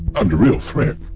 under real threat.